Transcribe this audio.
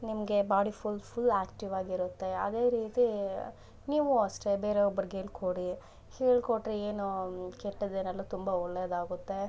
ನಿಮಗೆ body full full active ಆಗಿರುತ್ತೆ ಅದೇ ರೀತಿ ನೀವು ಅಷ್ಟೆ ಬೇರೆ ಒಬ್ಬರಿಗೆ ಹೇಳ್ಕೊಡಿ ಹೇಳಿಕೊಟ್ರೆ ಏನು ಕೆಟ್ಟದೇನಲ್ಲ ತುಂಬ ಒಳ್ಳೇದಾಗುತ್ತೆ